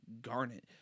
garnet